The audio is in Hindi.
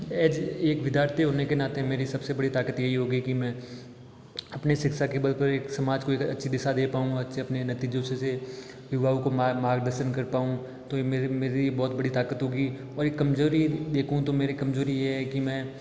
आज एक विद्यार्थी होने के नाते मेरी सबसे बड़ी ताकत यही होगी कि मैं अपने शिक्षा के बल पर इस समाज को एक अच्छी दिशा दे पाऊँ और अच्छे अपने नतीजों से युवाओं को मार्गदर्शन कर पाऊँ तो मेरी बहुत बड़ी ताकत होगी और एक कमज़ोरी देखूं तो मेरी कमजोरी ये है कि मैं